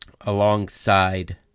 alongside